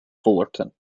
fullerton